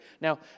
Now